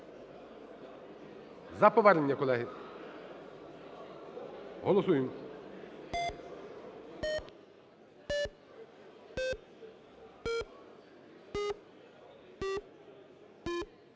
За повернення, колеги. Голосуємо.